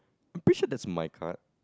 I'm pretty sure that's my card